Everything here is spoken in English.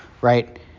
right